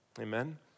Amen